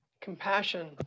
compassion